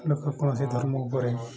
ଲୋକ କୌଣସି ଧର୍ମ ଉପରେ